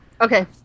Okay